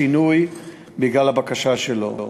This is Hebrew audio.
שינוי בגלל הבקשה שלו.